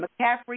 McCaffrey